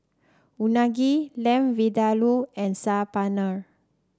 Unagi Lamb Vindaloo and Saag Paneer